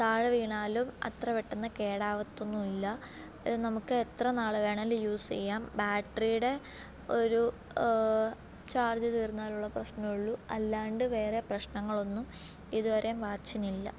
താഴെ വീണാലും അത്ര പെട്ടെന്ന് കേടാപത്തൊന്നു ഇല്ല ഇത് നമുക്ക് എത്ര നാൾ വേണമെങ്കിലും യൂസ് ചെയ്യാം ബാറ്ററിയുടെ ഒരു ചാർജ്ജ് തീർന്നാലുള്ള പ്രശ്നം ഉള്ളൂ അല്ലാണ്ട് വേറെ പ്രശ്നങ്ങളൊന്നും ഇതുവരെ വാച്ചിന് ഇല്ല